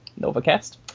novacast